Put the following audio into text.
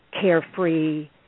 carefree